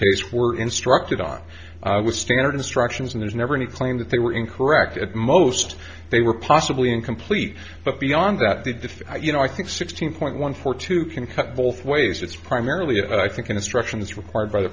case were instructed on what standard instructions and there's never any claim that they were incorrect at most they were possibly incomplete but beyond that did the you know i think sixteen point one four two can cut both ways it's primarily a i think instruction is required by the